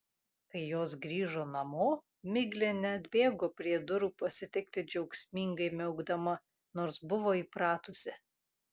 kai jos grįžo namo miglė neatbėgo prie durų pasitikti džiaugsmingai miaukdama nors buvo įpratusi